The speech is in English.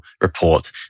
report